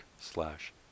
slash